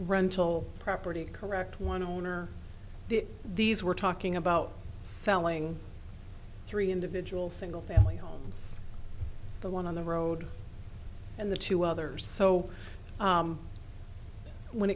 rental property correct one owner these were talking about selling three individual single family homes the one on the road and the two others so when